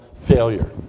failure